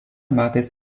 metais